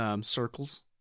circles